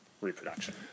reproduction